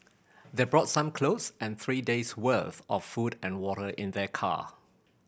they brought some clothes and three days worth of food and water in their car